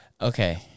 okay